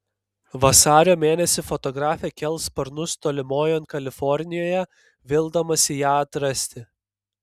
vasario mėnesį fotografė kels sparnus tolimojon kalifornijoje vildamasi ją atrasti